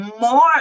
more